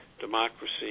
democracy